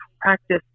practice